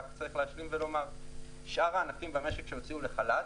רק צריך להשלים ולומר ששאר הענפים במשק שהוציאו לחל"ת,